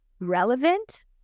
relevant